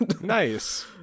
Nice